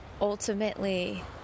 ultimately